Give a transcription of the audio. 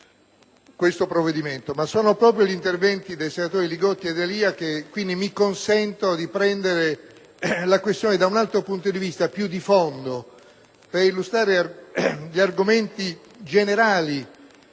questo provvedimento. Ma sono proprio gli interventi dei senatori Li Gotti e D'Alia che mi consentono di affrontare la questione da un altro punto di vista, più di fondo, così da illustrare argomenti generali